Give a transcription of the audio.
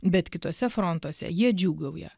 bet kituose frontuose jie džiūgauja